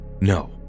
no